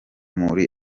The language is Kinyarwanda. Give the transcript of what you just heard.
muri